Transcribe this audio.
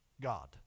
God